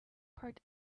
part